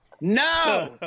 No